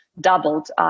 doubled